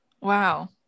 Wow